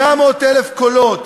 800,000 קולות,